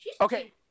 Okay